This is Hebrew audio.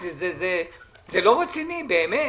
זה לא רציני, באמת.